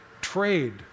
trade